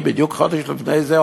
בדיוק חודש לפני זה,